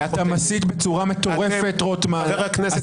כי אתה מסית בצורה מטורפת -- חבר הכנסת יוראי להב הרצנו,